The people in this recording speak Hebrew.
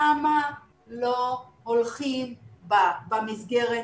למה לא הולכים במסגרת